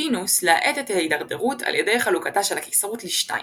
וקונסטנטינוס להאט את ההידרדרות על ידי חלוקתה של הקיסרות לשתיים,